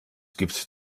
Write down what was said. gibt